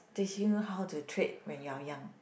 teach you how to trek when you are young